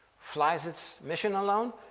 flies its mission alone,